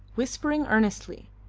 whispering earnestly,